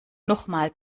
nochmal